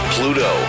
Pluto